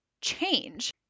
change